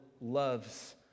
loves